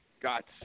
got